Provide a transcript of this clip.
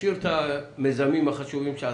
תשאיר את המיזמים החשובים שעשית,